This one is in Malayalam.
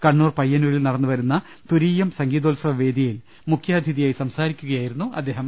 കണ്ണൂർ പയ്യന്നൂരിൽ നടന്നു വരുന്ന തുരീയം സംഗീതോത്സവ വേദിയിൽ മുഖ്യാതിഥിയായി സംസാരിക്കുകയായിരുന്നു അദ്ദേഹം